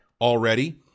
already